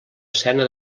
escena